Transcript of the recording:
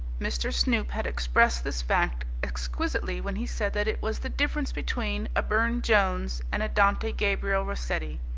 mr. snoop had expressed this fact exquisitely when he said that it was the difference between a burne-jones and a dante gabriel rossetti.